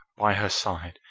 by her side,